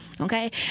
Okay